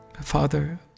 Father